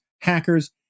hackers